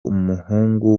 umuhungu